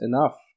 enough